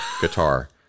guitar